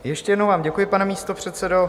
Ještě jednou vám děkuji, pane místopředsedo.